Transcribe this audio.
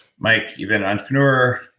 mike, you've been an entrepreneur.